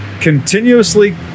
Continuously